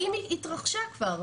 התרחשה כבר?